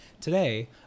Today